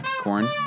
Corn